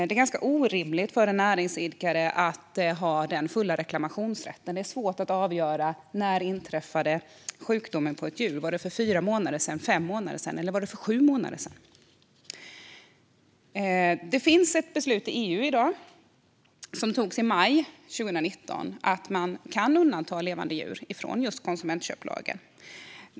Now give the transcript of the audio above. Det är orimligt för en näringsidkare att man har full reklamationsrätt. Det är svårt att avgöra när ett djur insjuknat. Var det för fyra, fem eller sju månader sedan? Enligt ett EU-beslut som togs i maj 2019 kan man undanta levande djur från konsumentköplagen.